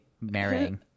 marrying